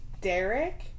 Derek